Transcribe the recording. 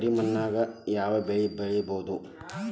ಕರಿ ಮಣ್ಣಾಗ್ ಯಾವ್ ಬೆಳಿ ಬೆಳ್ಸಬೋದು?